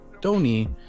Tony